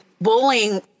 bullying